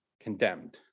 condemned